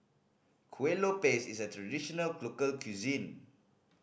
Kuih Lopes is a traditional local cuisine